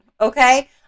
okay